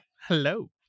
Hello